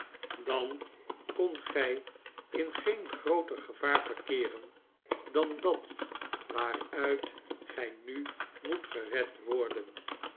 dan kondt gy in geen grooter gevaar verkeeren dan dat waaruit gij nu moet gered worden